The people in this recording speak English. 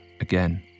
again